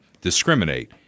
discriminate